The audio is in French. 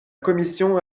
commission